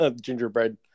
Gingerbread